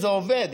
זה עובד,